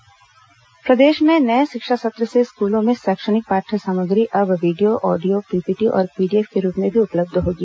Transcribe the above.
शिक्षा सत्र पाठ्य सामग्री प्रदेश में नए शिक्षा सत्र से स्कूलों में शैक्षणिक पाट्य सामग्री अब वीडियो ऑडियो पीपीटी और पीडीएफ के रूप में भी उपलब्ध होगी